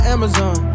Amazon